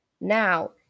Now